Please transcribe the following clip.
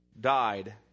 died